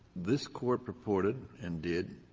this court purported, and did,